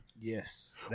Yes